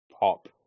pop